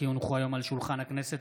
כי הונחו היום על שולחן הכנסת,